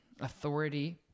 authority